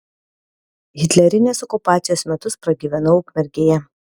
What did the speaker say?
hitlerinės okupacijos metus pragyvenau ukmergėje